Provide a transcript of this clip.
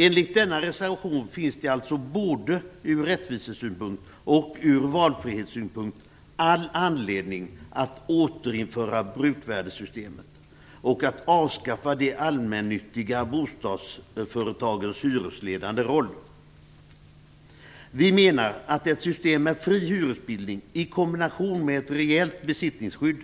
Enligt denna reservation finns det alltså både ur rättvisesynpunkt och ur valfrihetssynpunkt all anledning att återinföra bruksvärdessystemet och att avskaffa de allmännyttiga bostadsföretagens hyresledande roll. Vi menar att ett system med en fri hyresbildning i kombination med ett rejält besittningsskydd